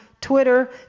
Twitter